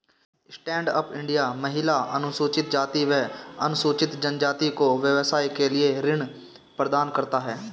stand up India महिला, अनुसूचित जाति व अनुसूचित जनजाति को व्यवसाय के लिए ऋण प्रदान करता है